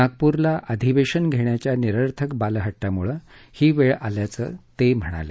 नागपूरला अधिवेशन घेण्याच्या निरर्थक बालहट्टामुळे ही वेळ आल्याचं ते म्हणाले